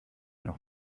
noch